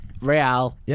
Real